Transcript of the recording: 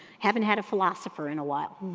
haven't had a philosopher in awhile.